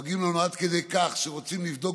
דואגים לנו עד כדי כך שרוצים לבדוק